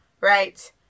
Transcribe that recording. right